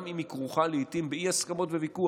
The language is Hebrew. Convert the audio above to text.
גם אם היא כרוכה לעיתים באי-הסכמות וויכוח.